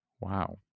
Wow